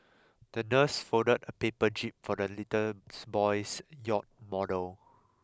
the nurse folded a paper jib for the little boy's yacht model